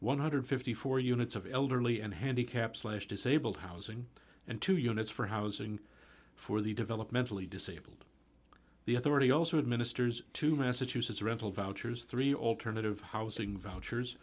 one hundred and fifty four units of elderly and handicaps last disabled housing and two units for housing for the developmentally disabled the authority also administers two massachusetts rental vouchers three alternative housing vouchers